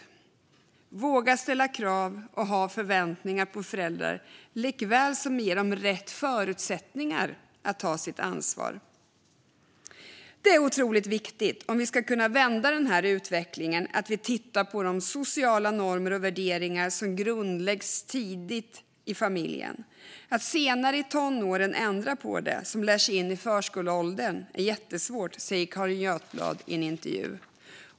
Vi måste våga ställa krav och ha förväntningar på föräldrar likaväl som att ge dem rätt förutsättningar att ta sitt ansvar. Om vi ska kunna vända utvecklingen är det otroligt viktigt att titta på de sociala normer och värderingar som grundläggs tidigt i familjen. Att senare i tonåren ändra på det som lärts in i förskoleåldern är jättesvårt, säger Carin Götblad i en intervju.